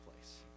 place